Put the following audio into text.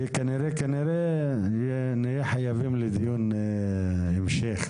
וכנראה נהיה חייבים לקיים דיון המשך.